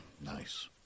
Nice